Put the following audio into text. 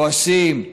כועסים,